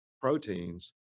proteins